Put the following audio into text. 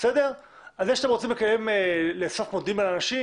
זה שאתם רוצים לאסוף מודיעין על אנשים,